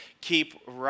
keep